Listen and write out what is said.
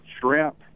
shrimp